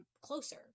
closer